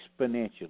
exponentially